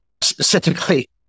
Specifically